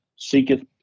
Seeketh